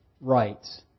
rights